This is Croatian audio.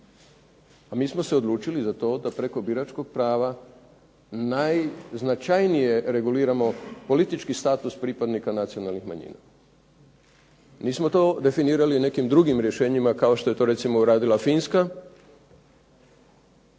a mi smo se odlučili za to da preko biračkog prava najznačajnije reguliramo politički status pripadnika nacionalnih manjina. Nismo to definirali nekim drugim rješenjima kao što je to recimo uradila Finska,